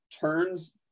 turns